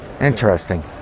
Interesting